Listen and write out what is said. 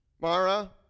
Mara